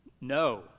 No